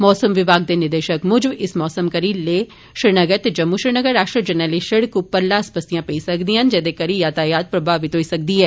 मौसम विभाग दे निदेशक मूजब इस मौसम करी लेह श्रीनगर ते जम्मू श्रीनगर राष्ट्रीय जरनैली शिड़क उप्पर लास पस्सिया पेई सकदियां न जेदे करी यातायात प्रभावित होई सकदी ऐ